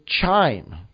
chime